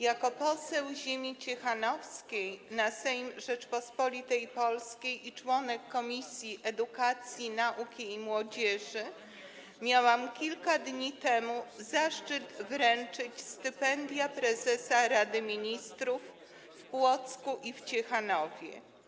Jako poseł ziemi ciechanowskiej na Sejm Rzeczypospolitej Polskiej i członek Komisji Edukacji, Nauki i Młodzieży miałam kilka dni temu zaszczyt wręczyć stypendia prezesa Rady Ministrów w Płocku i w Ciechanowie.